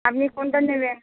আপনি কোনটা নেবেন